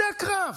זה הקרב.